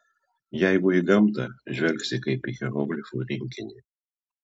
jeigu į gamtą žvelgsi kaip į hieroglifų rinkinį